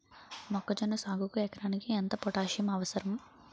మొక్కజొన్న సాగుకు ఎకరానికి ఎంత పోటాస్సియం అవసరం?